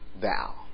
thou